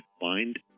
find